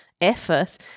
effort